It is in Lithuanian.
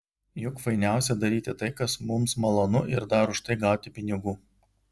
juk fainiausia daryti tai kas mums malonu ir dar už tai gauti pinigų